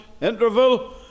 interval